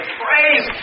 praise